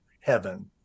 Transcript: heaven